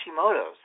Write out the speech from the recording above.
Hashimoto's